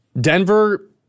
Denver